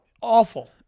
awful